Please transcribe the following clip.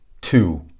two